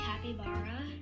Capybara